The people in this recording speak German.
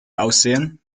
aussehen